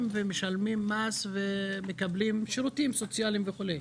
ומשלמים מס ומקבלים שירותים סוציאליים וכולי.